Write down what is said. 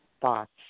thoughts